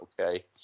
okay